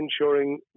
ensuring